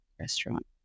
restaurant